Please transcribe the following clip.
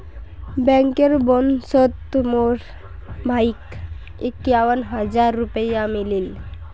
bankers बोनसोत मोर भाईक इक्यावन हज़ार रुपया मिलील